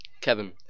Kevin